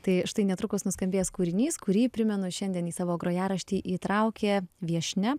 tai štai netrukus nuskambės kūrinys kurį primenu šiandien į savo grojaraštį įtraukė viešnia